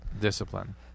discipline